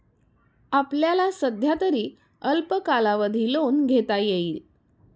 आपल्याला सध्यातरी अल्प कालावधी लोन घेता येईल